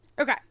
Okay